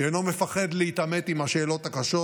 שאינו מפחד להתעמת עם השאלות הקשות,